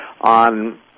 on